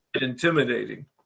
intimidating